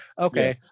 okay